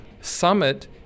Summit